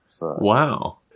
Wow